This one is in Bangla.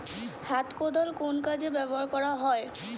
হাত কোদাল কোন কাজে ব্যবহার করা হয়?